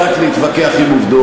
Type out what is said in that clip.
אני יודע רק להתווכח עם עובדות,